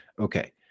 okay